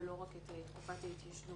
לא רק את תקופת ההתיישנות,